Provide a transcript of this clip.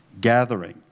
gathering